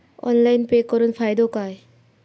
Online pay करुन फायदो काय?